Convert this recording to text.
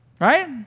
Right